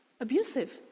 abusive